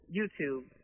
YouTube